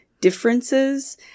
differences